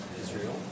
Israel